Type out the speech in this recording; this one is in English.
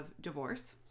divorce